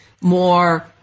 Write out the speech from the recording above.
more